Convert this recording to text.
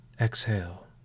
exhale